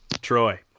Troy